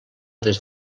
des